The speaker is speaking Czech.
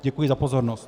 Děkuji za pozornost.